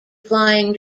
flying